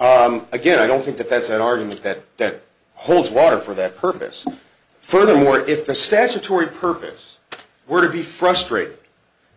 f again i don't think that that's an argument that that holds water for that purpose furthermore if the statutory purpose were to be frustrated